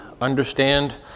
understand